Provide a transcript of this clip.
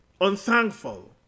unthankful